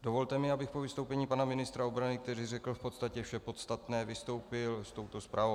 Dovolte mi, abych po vystoupení pana ministra obrany, který řekl v podstatě vše podstatné, vystoupil s touto zprávou.